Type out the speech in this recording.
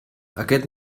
aquest